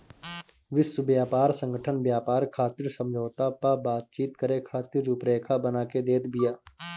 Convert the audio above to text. विश्व व्यापार संगठन व्यापार खातिर समझौता पअ बातचीत करे खातिर रुपरेखा बना के देत बिया